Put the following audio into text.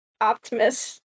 Optimus